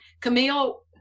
Camille